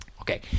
Okay